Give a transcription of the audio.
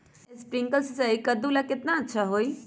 Sprinkler सिंचाई कददु ला केतना अच्छा होई?